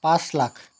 পাঁচ লাখ